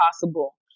possible